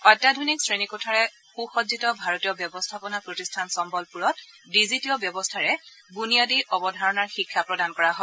অত্যাধনিক শ্ৰেণী কোঠাৰে সুসজ্জিত ভাৰতীয় ব্যৱস্থাপনা প্ৰতিষ্ঠান চম্মলপ্ৰত ডিজিটীয় ব্যৱস্থাৰে বৃনিয়াদী অৱধাৰণাৰ শিক্ষা প্ৰদান কৰা হয়